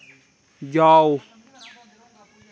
जाओ